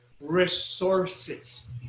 resources